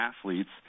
athletes